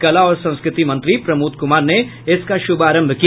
कला और संस्कृति मंत्री प्रमोद कुमार ने इसका शुभारंभ किया